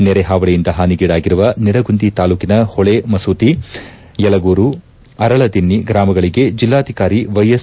ನೆರೆ ಹಾವಳಿಯಿಂದ ಹಾನಿಗೀಡಾಗಿರುವ ನಿಡಗುಂದಿ ತಾಲೂಕಿನ ಹೊಳೆ ಮಸೂತಿ ಯಲಗೂರು ಅರಳಲದಿನ್ನಿ ಗ್ರಮಗಳಿಗೆ ಜಿಲ್ಲಾಧಿಕಾರಿ ವ್ಯೆಎಸ್